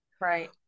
right